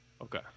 Okay